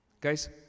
Guys